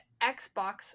Xbox